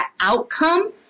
outcome